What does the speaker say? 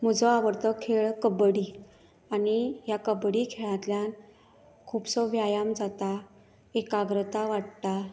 म्हजे आवडतो खेळ कबडी आनी ह्या कबडी खेळांतल्यान खुबसो व्यायाम जाता एकाग्रता वाडटा